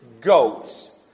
goats